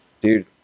dude